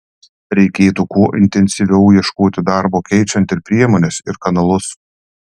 reikėtų kuo intensyviau ieškoti darbo keičiant ir priemones ir kanalus